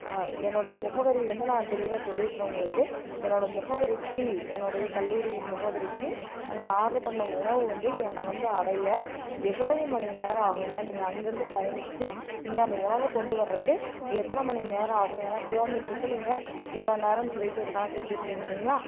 என்னுடைய முகவரி வந்து நான் தெளிவாக சொல்லிவிட்றேன் உங்களுக்கு என்னோட முகவரிக்கு என்னுடைய கல்லூரி முகவரிக்கு நான் ஆர்டர் பண்ண உணவு வந்து என்னை வந்து அடைய எவ்வளவு மணி நேரம் ஆகுங்க நீங்கள் அங்கே இருந்து பயணிச்சு இங்க அந்த உணவை கொண்டு வர்றக்கு எத்தனை மணி நேரம் ஆகும் ஏன்னா கிலோமீட்டருக்கு நீங்கள் இவ்வளோ நேரம்ன்னு சொல்லிவிட்டு ஒரு கணக்கு வச்சுருப்பிங்க இல்லைங்களா